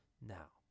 Now